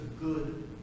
good